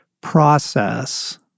process